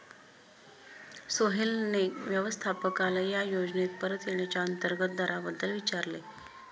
सोहेलने व्यवस्थापकाला या योजनेत परत येण्याच्या अंतर्गत दराबद्दल विचारले